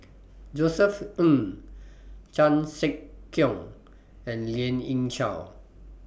Josef Ng Chan Sek Keong and Lien Ying Chow